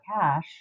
cash